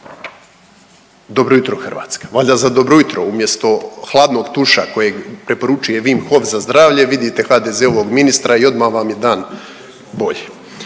Dobro jutro Hrvatska. Valjda za dobro jutro umjesto hladnog preporučuje Wim Hof za zdravlje vidite HDZ-ovog ministra i odma vam je dan bolji.